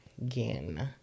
again